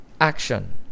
action